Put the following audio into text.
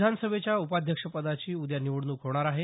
विधानसभेच्या उपाध्यक्षपदाची उद्या निवडणूक होणार आहे